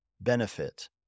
benefit